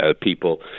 people